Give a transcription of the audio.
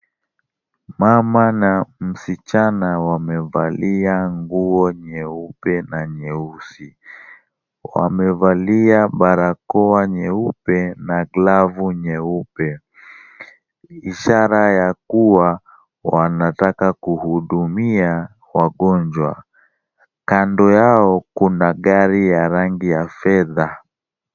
Mama na msichana wamevalia nguo nyeupe na nyeusi, wamevalia barakoa nyeupe na glavu nyeupe, ishara ya kuwa wanataka kuhudumia wagonjwa. Kando yao kuna gari ya rangi ya fedha.